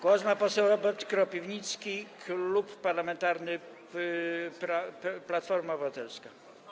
Głos ma poseł Robert Kropiwnicki, Klub Parlamentarny Platforma Obywatelska.